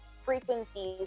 frequencies